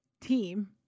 team